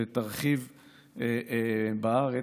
שתרחיב בארץ,